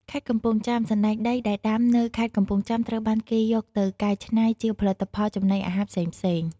ខេត្តកំពង់ចាម សណ្តែកដីដែលដាំនៅខេត្តកំពង់ចាម ត្រូវបានគេយកទៅកែច្នៃជាផលិតផលចំណីអាហារផ្សេងៗ។